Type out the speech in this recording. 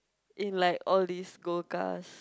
in like all these gold cars